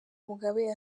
mugabe